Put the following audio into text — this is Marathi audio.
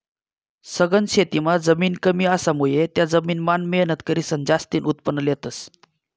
सघन शेतीमां जमीन कमी असामुये त्या जमीन मान मेहनत करीसन जास्तीन उत्पन्न लेतस